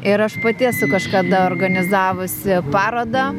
ir aš pati esu kažkada organizavosi paroda